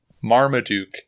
marmaduke